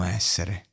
essere